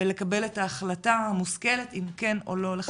ולקבל את ההחלטה המושכלת אם כן או לא לחסן?